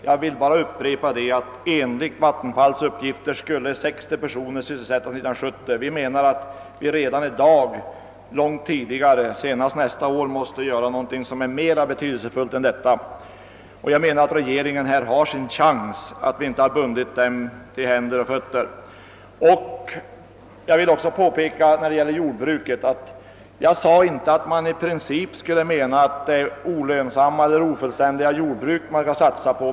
Jag vill nu bara upprepa att enligt Vattenfalls uppgifter skulle 60 personer kunna få sysselsättning där uppe år 1970, medan vi anser att vi långt tidigare — redan i dag och nästa år — måste göra någonting som är mera betydelsefullt än detta och att regeringen nu har fått friare händer; vi har inte bundit den till händer och fötter genom beslutet. Jag vill också påpeka att jag inte sade, att man i princip skulle satsa på olönsamma eller ofullständiga jordbruk.